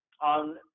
on